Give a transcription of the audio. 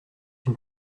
une